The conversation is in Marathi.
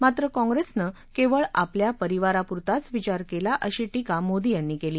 मात्र काँग्रेसनं केवळ आपल्या परिवारा पुरताच विचार केला अशी टीका मोदी यांनी केली